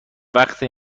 وقتی